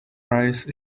rice